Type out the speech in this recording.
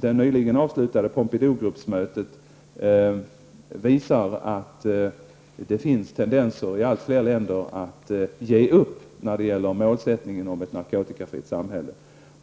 Det nyligen avslutade Pompidougruppsmötet visar att det finns tendenser till att ge upp målsättningen om ett narkotikafritt samhälle